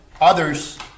others